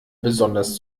besonders